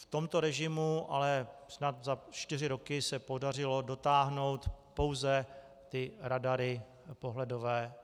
V tomto režimu ale snad za čtyři roky se podařilo dotáhnout pouze ty radary pohledové 3D MADR.